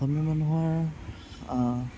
অসমীয়া মানুহৰ